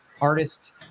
artist